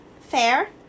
fair